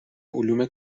علوم